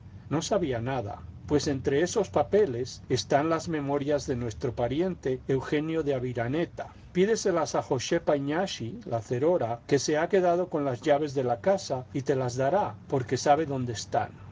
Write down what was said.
no sabía nada pues entre estos papeles están las memorias de nuestro pariente eugenio de aviraneta pídeselas a la joshepa iñashi la cerora que se ha quedado con las llaves de la casa y te las dará porque sabe dónde están